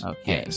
Okay